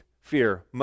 fear